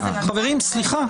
חברים, סליחה.